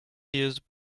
years